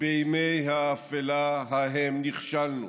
בימי האפלה ההם נכשלנו.